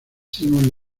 simone